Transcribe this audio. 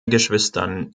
geschwistern